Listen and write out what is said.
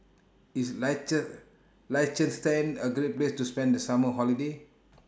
IS Liechtenstein A Great Place to spend The Summer Holiday